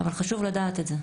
אבל חשוב לדעת את זה.